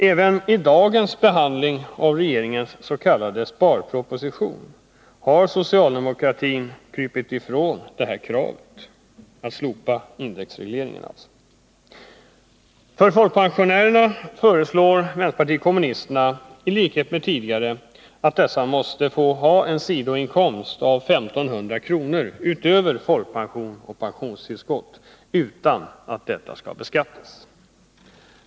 Även i dagens behandling av regeringens s.k. sparproposition har socialdemokratin krupit ifrån kravet att slopa indexregleringen. För folkpensionärerna föreslår vpk i likhet med tidigare att dessa måste få ha en sidoinkomst av 1 500 kr. utöver folkpension och pensionstillskott utan att detta skall beskattas.